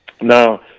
Now